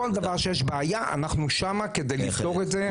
כל דבר שיש בעיה אנחנו שם כדי לפתור את זה.